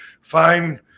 fine